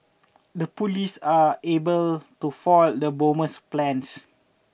the police are able to foil the bomber's plans